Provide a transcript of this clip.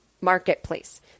marketplace